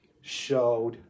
showed